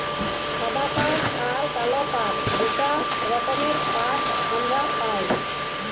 সাদা পাট আর কাল পাট দুটা রকমের পাট হামরা পাই